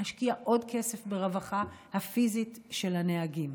נשקיע עוד כסף ברווחה הפיזית של הנהגים.